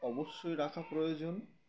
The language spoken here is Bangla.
অবশ্যই রাখা প্রয়োজন